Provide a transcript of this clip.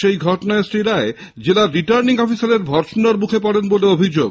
সেই ঘটনায় শ্রী রায় জেলার রিটার্নিং অফিসারের ভর্ৎসনার মুখে পড়েন বলে অভিযোগ